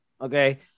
Okay